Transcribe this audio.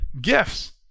gifts